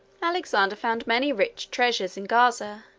alexander found many rich treasures in gaza.